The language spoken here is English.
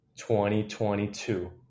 2022